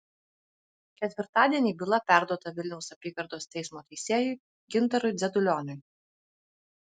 ketvirtadienį byla perduota vilniaus apygardos teismo teisėjui gintarui dzedulioniui